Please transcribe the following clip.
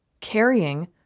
Carrying